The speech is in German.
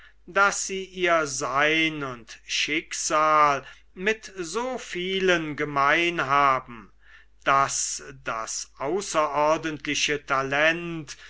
daß sie ihr sein und schicksal mit so vielen gemein haben daß das außerordentliche talent